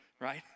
Right